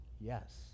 Yes